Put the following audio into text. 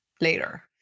later